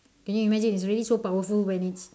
can you imagine it's already so powerful when it's